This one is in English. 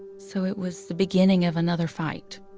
so it was the beginning of another fight